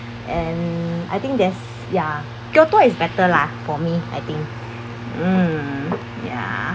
and I think that's ya kyoto is better lah for me I think mm ya